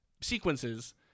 sequences